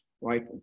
right